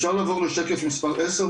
אפשר לעבור לשקף מספר 10,